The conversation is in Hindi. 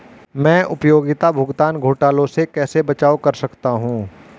मैं उपयोगिता भुगतान घोटालों से कैसे बचाव कर सकता हूँ?